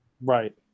right